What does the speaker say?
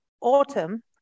autumn